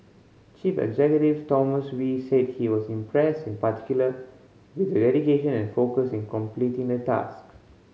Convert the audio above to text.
chief executive Thomas Wee said he was impressed in particular with their dedication and focus in completing the task